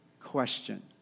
question